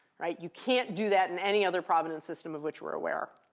you can't do that in any other provenance system of which we're aware